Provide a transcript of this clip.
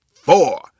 four